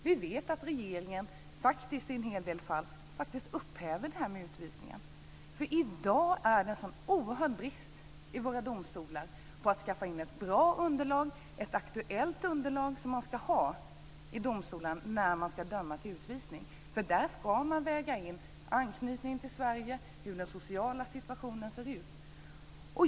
Vi vet att regeringen i en hel del fall faktiskt upphäver utvisningen. I dag är det nämligen en så oerhört stor brist i våra domstolar när det gäller att skaffa fram ett bra underlag, ett aktuellt underlag, som man ska ha i domstolarna när man ska döma till utvisning. Då ska man nämligen väga in anknytning till Sverige och hur den sociala situationen ser ut.